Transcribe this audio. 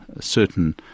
certain